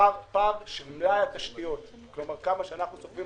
הפער של בניית תשתיות שאנחנו סוחבים